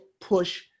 push